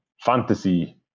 fantasy